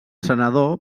senador